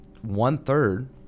one-third